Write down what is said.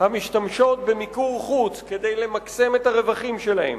המשתמשות במיקור-חוץ כדי למקסם את הרווחים שלהן.